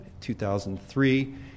2003